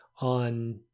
on